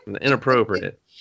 inappropriate